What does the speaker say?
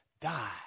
die